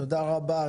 תודה רבה.